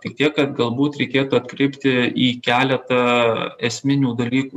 tik tiek kad galbūt reikėtų atkreipti į keletą esminių dalykų